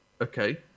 okay